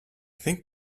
think